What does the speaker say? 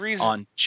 on